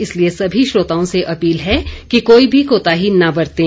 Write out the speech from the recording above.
इसलिए सभी श्रोताओं से अपील है कि कोई भी कोताही न बरतें